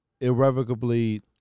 irrevocably